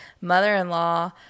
mother-in-law